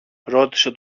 ρώτησε